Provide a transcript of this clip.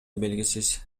белгисиз